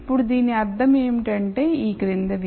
ఇప్పుడు దీని అర్థం ఏమిటంటే ఈ క్రిందివి